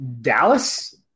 Dallas